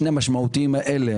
שני המשמעותיים האלה,